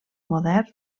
modern